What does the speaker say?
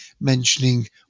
mentioning